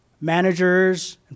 managers